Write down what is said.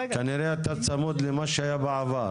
רגע כנראה אתה צמוד למה שהיה בעבר,